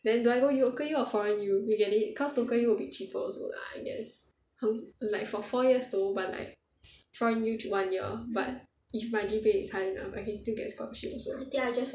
then do I go local U or foreign U you get it cause local U will be cheaper also lah I guess 很 like for four years though but like foreign U is one year but if my G_P_A is high enough I can still get scholarship also